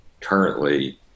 currently